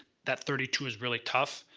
that thirty two is really tough.